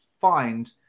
find